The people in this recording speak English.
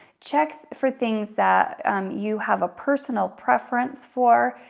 check for things that you have a personal preference for,